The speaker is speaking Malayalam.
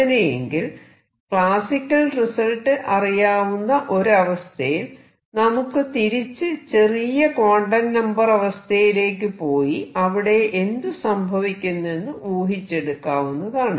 അങ്ങനെയെങ്കിൽ ക്ലാസിക്കൽ റിസൾട്ട് അറിയാവുന്ന ഒരു അവസ്ഥയിൽ നമുക്ക് തിരിച്ച് ചെറിയ ക്വാണ്ടം നമ്പർ അവസ്ഥയിലേക്ക് പോയി അവിടെ എന്ത് സംഭവിക്കുന്നെന്നു ഊഹിച്ചെടുക്കാവുന്നതാണ്